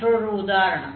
மற்றொரு உதாரணம்